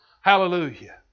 Hallelujah